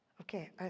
Okay